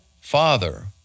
Father